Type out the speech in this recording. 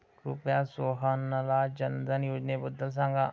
कृपया सोहनला जनधन योजनेबद्दल सांगा